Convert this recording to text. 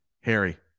Harry